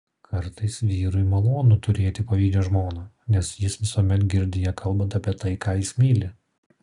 kartais vyrui malonu turėti pavydžią žmoną nes jis visuomet girdi ją kalbant apie tai ką jis myli